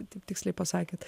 taip tiksliai pasakėte